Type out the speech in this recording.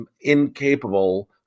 incapable